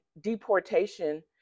deportation